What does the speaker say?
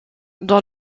dans